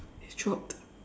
it dropped